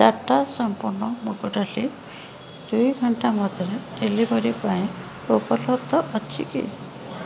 ଟାଟା ସମ୍ପନ୍ନ ମୁଗ ଡ଼ାଲି ଦୁଇ ଘଣ୍ଟା ମଧ୍ୟରେ ଡ଼େଲିଭରି ପାଇଁ ଉପଲବ୍ଧ ଅଛି କି